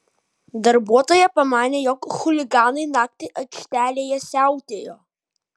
darbuotoja pamanė jog chuliganai naktį aikštelėje siautėjo